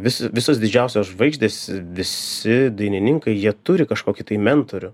vis visos didžiausios žvaigždės visi dainininkai jie turi kažkokį tai mentorių